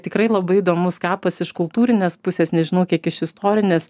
tikrai labai įdomus kapas iš kultūrinės pusės nežinau kiek iš istorinės